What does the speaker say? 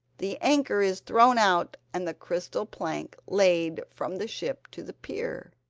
the anchor is thrown out and the crystal plank laid from the ship to the pier.